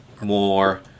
more